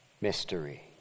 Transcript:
Mystery